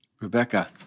Rebecca